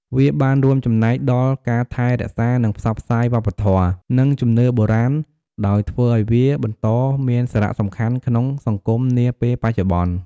វាបានរួមចំណែកដល់ការថែរក្សា និងផ្សព្វផ្សាយវប្បធម៌ និងជំនឿបុរាណ ដោយធ្វើឲ្យវាបន្តមានសារៈសំខាន់ក្នុងសង្គមនាពេលបច្ចុប្បន្ន។